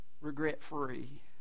regret-free